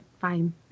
fine